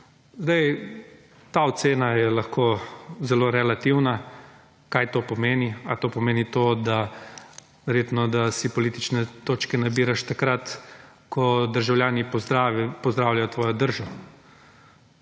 Ta ocena je lahko zelo relativna. Kaj to pomeni? Ali to pomeni to, da verjetno, da si politične točke nabiraš takrat, ko državljani pozdravljajo tvojo držo.